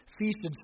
feasted